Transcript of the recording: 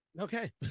Okay